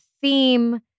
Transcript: theme